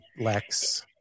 Lex